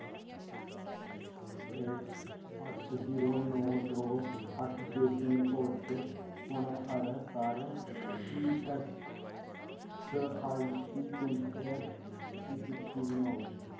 अट्ठ जीरो नौ दो अट्ठ छे पिन कोड च औने आह्ले सारे ई ऐस्स आई सी केंदरें दी सूची बनाओ